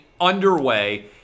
underway